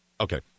Okay